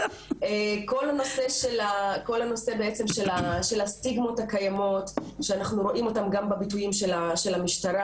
כל הנושא של הסטיגמות הקיימות שאנחנו רואים אותן גם בביטויים של המשטרה